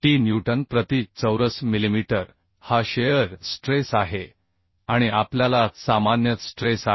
t newton प्रति चौरस millimetre हा शिअर स्ट्रेस आहे आणि आपल्याला सामान्य स्ट्रेस आहे